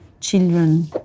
children